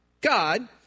God